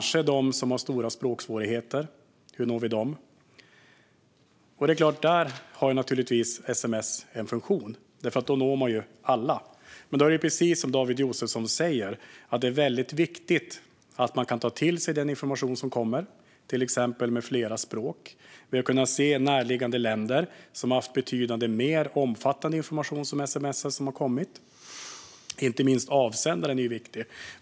Hur når vi dem som har stora språksvårigheter? Där har sms en funktion, för då når man alla. Då är det, precis som David Josefsson säger, väldigt viktigt att de kan ta till sig den information som kommer, till exempel genom att den finns på flera språk. Vi har kunnat se närliggande länder som har skickat ut betydligt mer omfattande information som sms. Inte minst är avsändaren viktig.